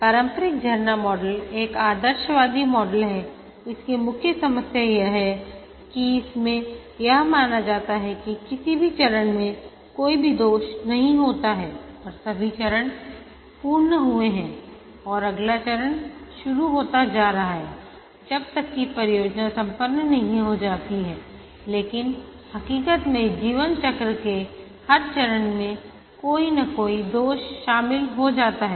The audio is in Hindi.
पारंपरिक झरना मॉडल एक आदर्शवादी मॉडल है इसकी मुख्य समस्या यह है कि इसमें यह माना जाता है कि किसी भी चरण में कोई भी दोष नहीं होता है और सभी चरण पूर्ण हुए हैं और अगला चरण शुरू होता जा रहा है जब तक कि परियोजना संपन्न नहीं हो जाती हैलेकिन हकीकत में जीवन चक्र के हर चरण में कोई ना कोई दोष शामिल हो जाता है